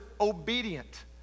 obedient